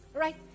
Right